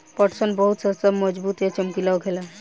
पटसन बहुते सस्ता मजबूत आ चमकीला होखेला